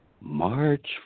March